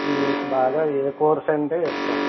మీకు బాగా ఏ కోర్స్ అంటే ఇష్టం